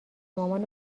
مامان